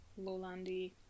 lowlandy